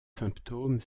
symptômes